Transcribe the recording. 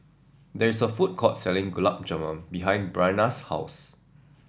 there is a food court selling Gulab Jamun behind Bryana's house